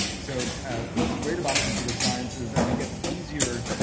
so what's great about computer science is as it gets easier,